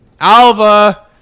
alva